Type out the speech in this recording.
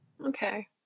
Okay